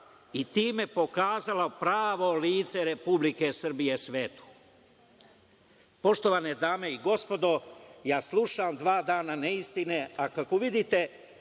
i time je pokazala pravo lice Republike Srbije svetu. Poštovane dame i gospodo, slušam dva dana neistine, a kako vidite